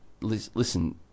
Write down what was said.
listen